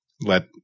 let